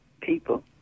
people